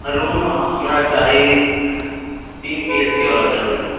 room हमरा चाही तीन बीएचके वला चाही रूम